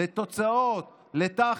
לתוצאות, לתכלס.